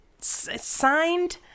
signed